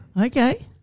Okay